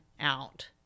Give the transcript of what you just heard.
out